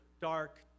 dark